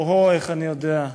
אוהו איך אני יודע,